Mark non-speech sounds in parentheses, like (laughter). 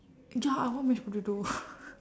ya I want mash potato (laughs)